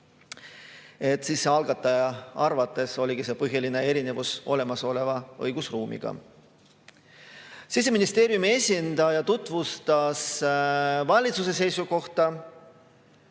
Algataja arvates oligi see põhiline erinevus võrreldes olemasoleva õigusruumiga. Siseministeeriumi esindaja tutvustas valitsuse seisukohta.